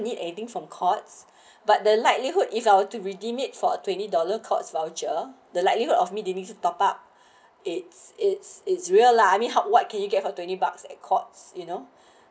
need anything from courts but the likelihood if I were to redeem it for twenty dollar courts voucher the likelihood of me they need to top up its it's is rael lah I mean what can you get for twenty bucks at courts you know